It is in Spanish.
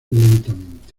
lentamente